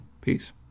Peace